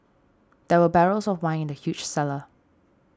there were barrels of wine in the huge cellar